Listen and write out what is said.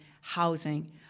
housing